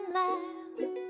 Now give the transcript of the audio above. laugh